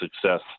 success